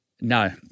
No